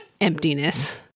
Emptiness